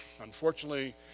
Unfortunately